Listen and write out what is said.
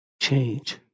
change